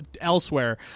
elsewhere